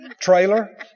trailer